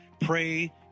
pray